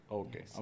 okay